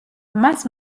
მას